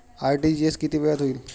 RTGS किती वेळात होईल?